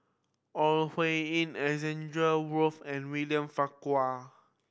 Ore Huiying Alexander Wolters and William Farquhar